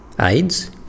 AIDS